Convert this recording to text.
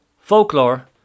folklore